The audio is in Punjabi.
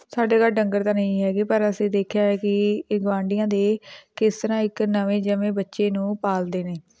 ਸਾਡੇ ਘਰ ਡੰਗਰ ਤਾਂ ਨਹੀਂ ਹੈਗੇ ਪਰ ਅਸੀਂ ਦੇਖਿਆ ਹੈ ਕਿ ਇਹ ਗੁਆਂਢੀਆਂ ਦੇ ਕਿਸ ਤਰ੍ਹਾਂ ਇੱਕ ਨਵੇਂ ਜੰਮੇ ਬੱਚੇ ਨੂੰ ਪਾਲਦੇ ਨੇ